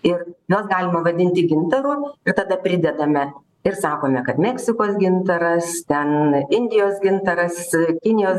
ir juos galima vadinti gintaru ir tada pridedame ir sakome kad meksikos gintaras ten indijos gintaras kinijos